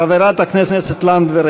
חברת הכנסת לנדבר,